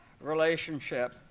relationship